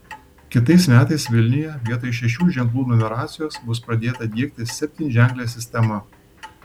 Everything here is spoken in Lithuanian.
kitais metais vilniuje vietoj šešių ženklų numeracijos bus pradėta diegti septynženklė sistema